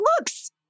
looks